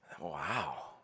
Wow